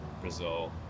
Brazil